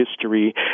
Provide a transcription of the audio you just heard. history